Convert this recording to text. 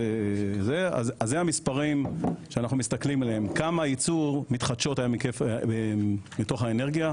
אלו המספרים שאנחנו מסתכלים עליהם כמה יצור מתחדשות היו מתוך האנרגיה,